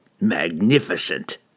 Magnificent